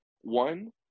One